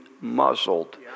muzzled